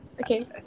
Okay